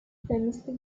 famously